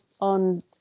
on